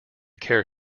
care